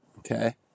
Okay